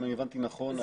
אם אני הבנתי נכון,